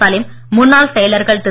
சலீம் முன்னாள் செயலர்கள் திரு